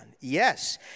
Yes